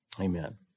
Amen